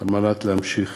להמשיך